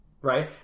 right